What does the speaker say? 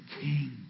king